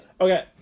Okay